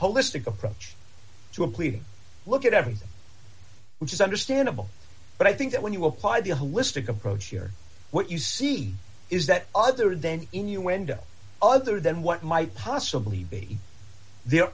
holistic approach to him please look at everything which is understandable but i think that when you apply the holistic approach here what you see is that other then innuendo other than what might possibly be there